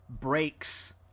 breaks